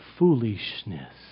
Foolishness